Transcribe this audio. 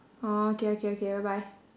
orh okay okay okay bye bye